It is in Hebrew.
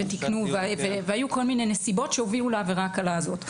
תיקנו והיו כל מיני נסיבות שהובילו לעבירה הקלה הזאת.